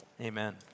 Amen